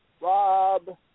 Rob